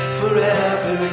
forever